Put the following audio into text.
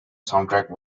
soundtracks